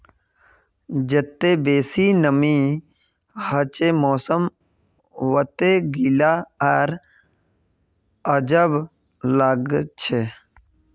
जत्ते बेसी नमीं हछे मौसम वत्ते गीला आर अजब लागछे